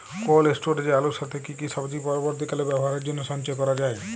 Cold স্টোরেজে আলুর সাথে কি কি সবজি পরবর্তীকালে ব্যবহারের জন্য সঞ্চয় করা যায়?